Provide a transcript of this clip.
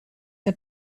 que